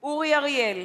מצביע אורי אריאל,